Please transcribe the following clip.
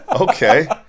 okay